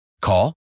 Call